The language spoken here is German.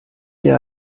der